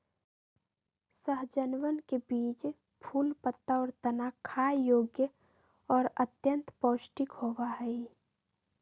सहजनवन के बीज, फूल, पत्ता, और तना खाय योग्य और अत्यंत पौष्टिक होबा हई